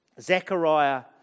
Zechariah